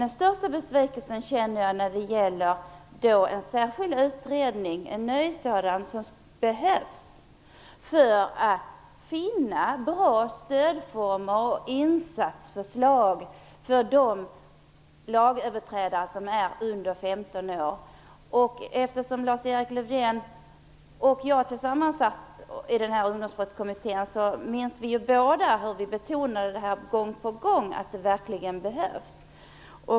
Den största besvikelsen känner jag när det gäller en ny särskild utredning. En sådan skulle behövas för att finna bra stödformer och insatsförslag för lagöverträdare som är under 15 år. Eftersom Lars-Erik Lövdén och jag tillsammans satt i Ungdomsbrottskommittén minns vi båda hur vi gång på gång betonade att det verkligen behövs.